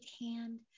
hand